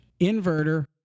inverter